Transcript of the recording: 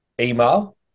email